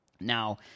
Now